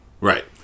right